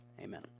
Amen